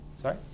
Sorry